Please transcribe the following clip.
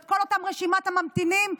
כל אותה רשימת הממתינים,